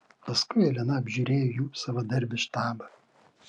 paskui elena apžiūrėjo jų savadarbį štabą